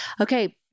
Okay